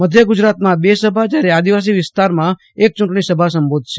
મધ્ય ગુજરાતમાં બે સભાજયારે આદિવાસી વિસ્તારમાં એક ચુંટણીસભા સંબોધશે